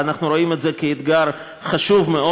ואנחנו רואים את זה כאתגר חשוב מאוד.